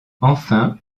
enfin